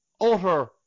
Utter